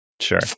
Sure